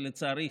לצערי,